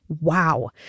wow